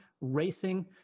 racing